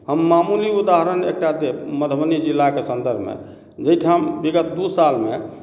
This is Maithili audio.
हम मामुली उदाहरण एकटा देब मधुबनी जिलाके सन्दर्भमे जे एहिठाम विगत दू सालमे